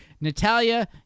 Natalia